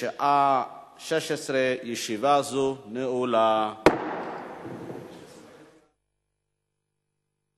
עברה בקריאה ראשונה ומוחזרת להמשך דיון בוועדת הכלכלה.